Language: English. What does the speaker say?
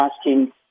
asking